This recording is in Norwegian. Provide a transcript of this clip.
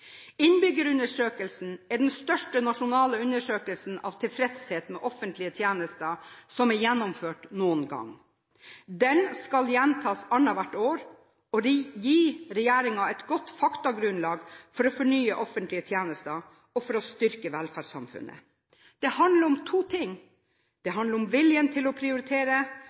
Innbyggerundersøkelsen er den største nasjonale undersøkelsen av tilfredshet med offentlige tjenester som er gjennomført noen gang. Den skal gjentas annethvert år og gi regjeringen et godt faktagrunnlag for å fornye offentlige tjenester og for å styrke velferdssamfunnet. Det handler om to ting. Det handler om viljen til å prioritere,